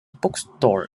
bookstore